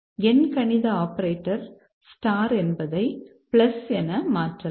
எண்கணித ஆப்பரேட்டர் என்பதை என மாற்றலாம்